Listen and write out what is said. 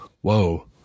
whoa